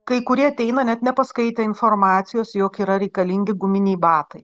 kai kurie ateina net nepaskaitę informacijos jog yra reikalingi guminiai batai